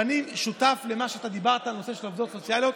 ואני שותף למה שאתה דיברת בנושא של העובדות הסוציאליות,